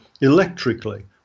electrically